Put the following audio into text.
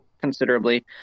considerably